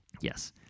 Yes